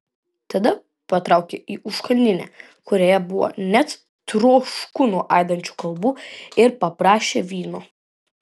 tada patraukė į užkandinę kurioje buvo net trošku nuo aidinčių kalbų ir paprašė vyno